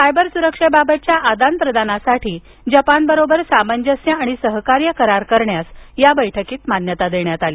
cyber सुरक्षेबाबतच्या आदान प्रदानासाठी जपानबरोबर सामंजस्य आणि सहकार्य करार करण्यास या बैठकीत मान्यता देण्यात आली